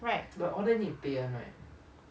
right